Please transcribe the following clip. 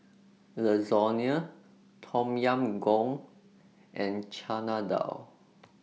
Lasagna Tom Yam Goong and Chana Dal